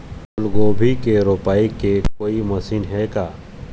फूलगोभी के रोपाई के कोई मशीन हे का?